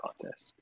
contest